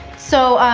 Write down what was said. so,